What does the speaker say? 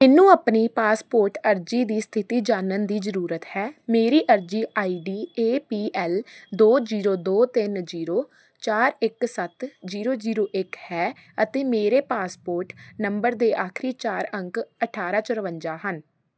ਮੈਨੂੰ ਆਪਣੀ ਪਾਸਪੋਰਟ ਅਰਜ਼ੀ ਦੀ ਸਥਿਤੀ ਜਾਣਨ ਦੀ ਜ਼ਰੂਰਤ ਹੈ ਮੇਰੀ ਅਰਜ਼ੀ I D A P L ਦੋ ਜ਼ੀਰੋ ਦੋ ਤਿੰਨ ਜ਼ੀਰੋ ਚਾਰ ਇੱਕ ਸੱਤ ਜ਼ੀਰੋ ਜ਼ੀਰੋ ਇੱਕ ਹੈ ਅਤੇ ਮੇਰੇ ਪਾਸਪੋਰਟ ਨੰਬਰ ਦੇ ਆਖਰੀ ਚਾਰ ਅੰਕ ਅਠਾਰ੍ਹਾਂ ਚੁਰੰਜਾ ਹਨ